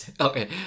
Okay